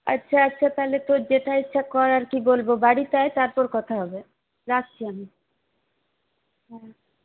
আচ্ছা আচ্ছা তাহলে তোর যেটা ইচ্ছা কর আর কী বলব বাড়িতে আয় তারপর কথা হবে রাখছি আমি হুম